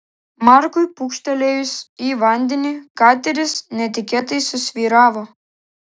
markui pūkštelėjus į vandenį kateris netikėtai susvyravo